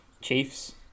Chiefs